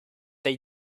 they